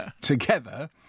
together